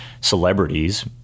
celebrities